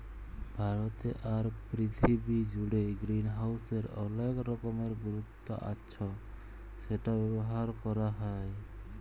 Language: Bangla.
ভারতে আর পীরথিবী জুড়ে গ্রিনহাউসের অলেক রকমের গুরুত্ব আচ্ছ সেটা ব্যবহার ক্যরা হ্যয়